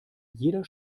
jeder